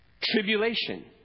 Tribulation